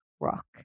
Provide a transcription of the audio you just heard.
rock